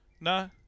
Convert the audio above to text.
No